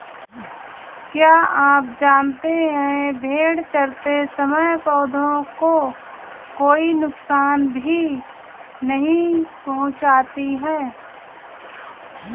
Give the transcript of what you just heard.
क्या आप जानते है भेड़ चरते समय पौधों को कोई नुकसान भी नहीं पहुँचाती